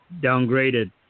downgraded